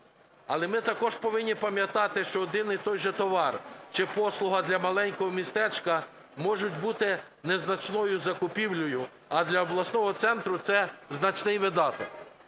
Але ми також повинні пам'ятати, що один і той же товар чи послуга для маленького містечка можуть бути незначною закупівлею, а для обласного центру це значний видаток.